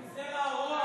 אדוני היושב-ראש,